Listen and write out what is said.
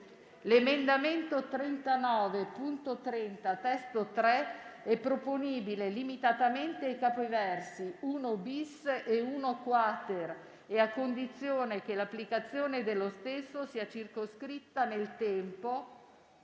L'emendamento 39.30 (testo 3) è proponibile limitatamente ai capoversi 1-*bis* e 1-*quater* e a condizione che l'applicazione dello stesso sia circoscritta nel tempo